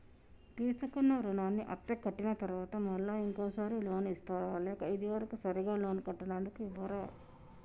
తీసుకున్న రుణాన్ని అత్తే కట్టిన తరువాత మళ్ళా ఇంకో సారి లోన్ ఇస్తారా లేక ఇది వరకు సరిగ్గా లోన్ కట్టనందుకు ఇవ్వరా?